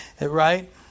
Right